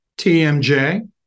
TMJ